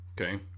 okay